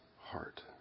heart